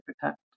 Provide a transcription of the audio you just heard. protect